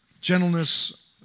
Gentleness